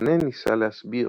מונה ניסה להסביר,